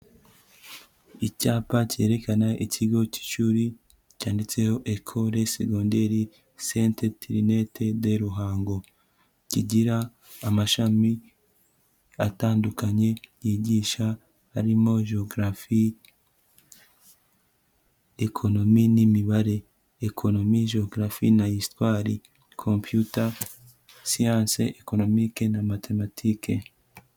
Icyapa cyerekana ikigo cy'ishuri cyanditseho ecole seconderi Sente Terinete de Ruhango kigira amashami atandukanye yigisha arimo: Jewogarafi ,Ekonomi ni Imibare ,Ekonomi, Jewogafi na Isitwali, Kompiyuta siyance ,Ekonomike na Matematike.